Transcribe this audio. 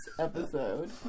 episode